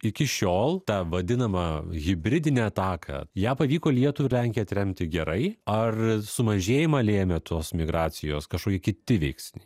iki šiol tą vadinamą hibridinę ataką ją pavyko lietuv ir lenkij atremti gerai ar sumažėjimą lėmė tos migracijos kažkokie kiti veiksniai